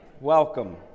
Welcome